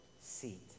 seat